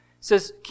says